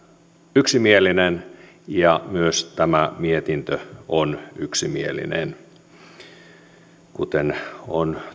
yksimielinen ja myös tämä mietintö on yksimielinen kuten on